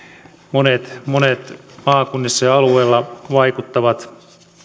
monet monet maakunnissa ja alueilla vaikuttavat